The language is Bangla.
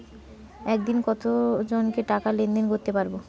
একদিন কত জনকে টাকা লেনদেন করতে পারবো?